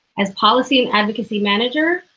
as policy and advocacy manager,